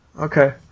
Okay